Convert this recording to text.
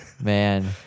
man